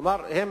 כלומר, הם